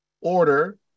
order